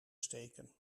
steken